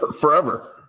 Forever